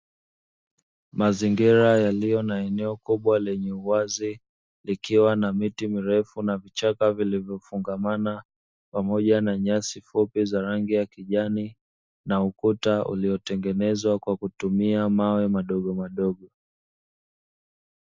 Mazingira yaliyo na eneo kubwa lenye uwazi, likiwa na miti mirefu na vichaka vilivyofungamana, pamoja na nyasi fupi za rangi ya kijani na ukuta uliotengenezwa kwa kutumia mawe madogomadogo.